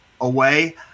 away